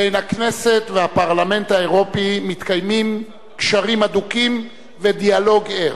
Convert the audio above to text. בין הכנסת לפרלמנט האירופי מתקיימים קשרים הדוקים ודיאלוג ער.